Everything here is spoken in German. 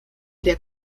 der